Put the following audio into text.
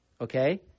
okay